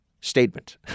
statement